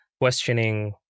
questioning